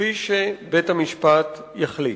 כפי שבית-המשפט יחליט.